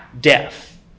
Death